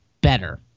better